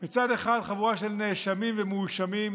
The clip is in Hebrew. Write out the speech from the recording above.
מצד אחד חבורה של נאשמים ומואשמים,